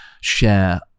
share